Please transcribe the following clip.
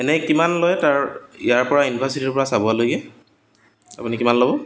এনেই কিমান লয় তাৰ ইয়াৰ পৰা ইউনিভাৰ্চিটিৰ পৰা চাবুৱালৈকে আপুনি কিমান ল'ব